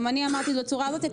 גם אני אמרתי את זה בצורה הזאתי,